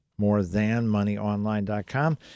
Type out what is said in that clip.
Morethanmoneyonline.com